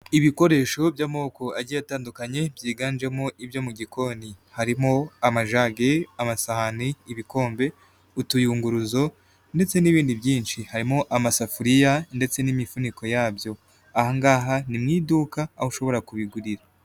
Ibikoresho by'amoko agiye atandukanye byiganjemo ibyo mu gikoni harimo amajagi, amasahani, ibikombe, utuyunguruzo ndetse n'ibindi byinshi, harimo amasafuriya ndetse n'imifuniko yabyo, aha ngaha ni mu iduka aho ushobora kubigurira.